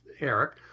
eric